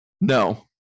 no